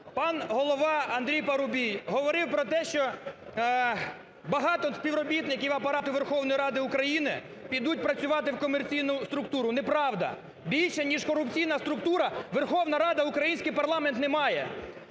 пан Голова Андрій Парубій говорив про те, що багато співробітників Апарату Верховної Ради України підуть працювати в комерційну структуру. Неправда. Більше, ніж корупційна структура Верховна Рада, український парламент, немає.